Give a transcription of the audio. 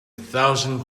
thousand